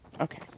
Okay